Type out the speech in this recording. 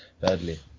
badly